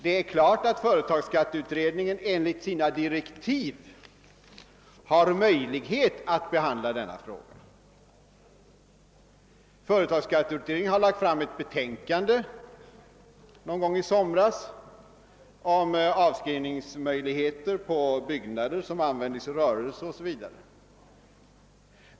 Det är klart att företagsskatteutredningen enligt sina direktiv har möjlighet att behandla spörsmålen. Företagsskatteutredningen lade någon gång i somras fram ett betänkande om avskrivningsmöjligheter på byggnader som användes i rörelse o.s.v.